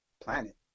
Planet